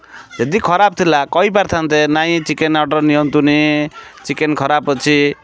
ଯଦି ଖରାପ ଥିଲା କହିପାରିଥାନ୍ତେ ନାଇଁ ଚିକେନ୍ ଅର୍ଡ଼ର୍ ନିଅନ୍ତୁନି ଚିକେନ୍ ଖରାପ ଅଛି